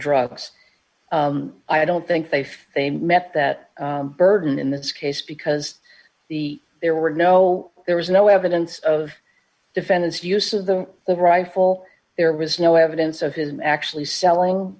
drugs i don't think they feel they met that burden in this case because the there were no there was no evidence of defendants use of the the rifle there was no evidence of his him actually selling